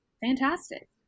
fantastic